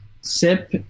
sip